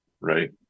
right